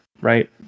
right